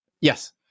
yes